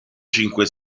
cinque